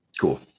cool